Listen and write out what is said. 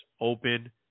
Open